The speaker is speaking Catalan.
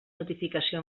notificació